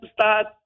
start